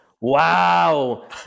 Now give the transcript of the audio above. Wow